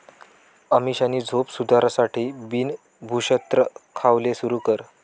अमीषानी झोप सुधारासाठे बिन भुक्षत्र खावाले सुरू कर